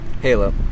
Halo